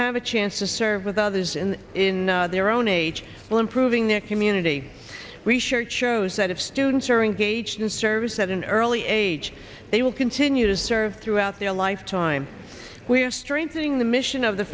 have a chance to serve with others and in their own age well improving their community we share shows that have students are engaged in service at an early age they will continue to serve throughout their lifetime we're strengthening the mission of the